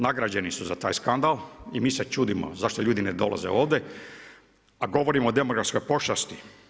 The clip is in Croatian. Nagrađeni su za taj skandal i mise čudimo zašto ljudi ne dolaze ovdje a govorimo o demografskoj pošasti.